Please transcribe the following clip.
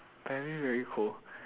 very very cold